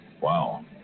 Wow